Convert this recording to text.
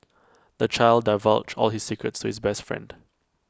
the child divulged all his secrets to his best friend